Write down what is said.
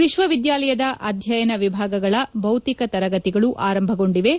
ವಿಶ್ವವಿದ್ಯಾಲಯದ ಅಧ್ಯಯನ ವಿಭಾಗಗಳ ಭೌತಿಕ ತರಗತಿಗಳು ಆರಂಭಗೊಂಡಿವೆ